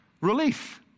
relief